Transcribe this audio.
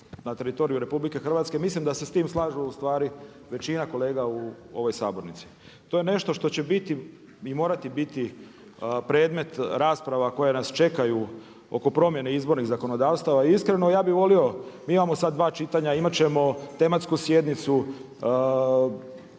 na teritoriju Republike Hrvatske. Mislim da se s tim slažu ustvari većina kolega u ovoj sabornici. To je nešto što će biti i morati biti predmet rasprava koje nas čekaju oko promjene izbornih zakonodavstava. Iskreno ja bih volio da imamo sad dva čitanja, imat ćemo tematsku sjednicu,